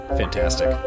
fantastic